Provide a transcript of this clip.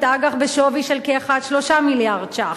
אג"ח בשווי של כ-1.3 מיליארד ש"ח.